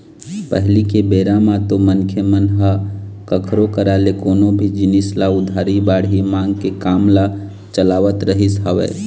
पहिली के बेरा म तो मनखे मन ह कखरो करा ले कोनो भी जिनिस ल उधारी बाड़ही मांग के काम ल चलावत रहिस हवय